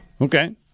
okay